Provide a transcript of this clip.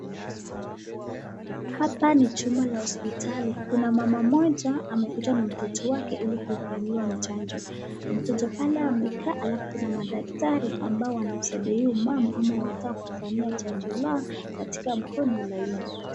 Hapa ni chumba cha hospitali. Kuna mama mmoja amekuja na mtoto wake ili kufanyiwa chanjo. Mtoto pale amekaa halafu kuna madaktari ambao wanasaidia huyo mama ama wanataka kufanya chanjo lao katika mkono la huyu mtoto.